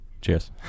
Cheers